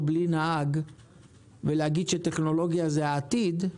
בלי נהג ולהגיד שטכנולוגיה היא העתיד,